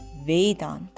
Vedanta